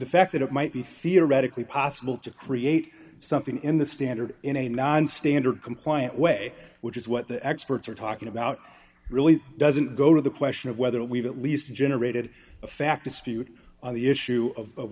the fact that it might be theoretically possible to create something in the standard in a nonstandard compliant way which is what the experts are talking about really doesn't go to the question of whether we've at least generated a fact dispute on the issue of